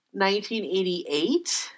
1988